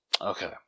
Okay